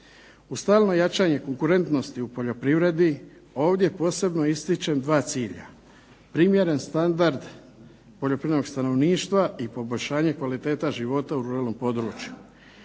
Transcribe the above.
Uz stalno jačanje konkurentnosti u poljoprivredi, ovdje posebno ističem dva cilja, primjeren standard poljoprivrednog stanovništva i poboljšanje kvaliteta života u ruralnom području.